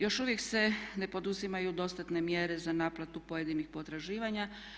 Još uvijek se ne poduzimaju dostatne mjere za naplatu pojedinih potraživanja.